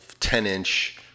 10-inch